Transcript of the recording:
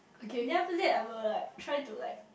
then after that we'll like try to like